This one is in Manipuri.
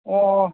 ꯑꯣ